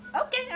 Okay